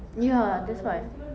ya that's why